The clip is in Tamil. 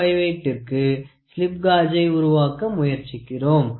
758 ட்டிற்கு ஸ்லிப் காஜை உருவாக்க முயற்சிக்கிறோம்